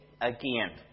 again